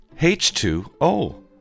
H2O